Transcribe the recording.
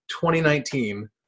2019